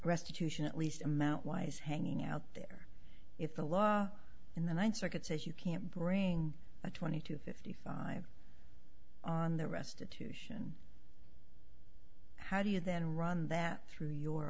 restitution at least amount wise hanging out there if the law in the ninth circuit says you can't bring a twenty to fifty five on the restitution how do you then run that through your